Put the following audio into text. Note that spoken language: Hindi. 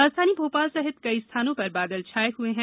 राजधानी भोपाल सहित कई स्थानों पर बादल छाये हुए हैं